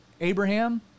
Abraham